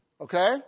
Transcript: Okay